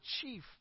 chief